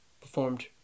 performed